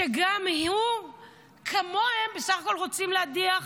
וגם הוא, כמוהם, בסך הכול רוצים להדיח